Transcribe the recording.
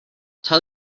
tell